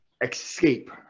escape